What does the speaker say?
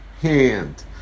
hand